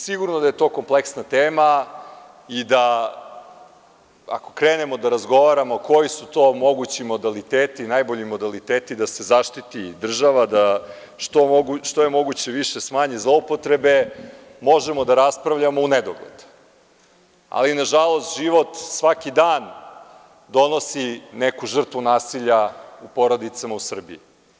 Sigurno da je to kompleksna tema i da ako krenemo da razgovaramo koji su to mogući modaliteti, najbolji modaliteti da se zaštiti država, da što je moguće više smanje zloupotrebe, možemo da raspravljamo u nedogled, ali nažalost život svaki dan donosi neku žrtvu nasilja u porodicama u Srbiji.